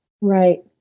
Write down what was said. Right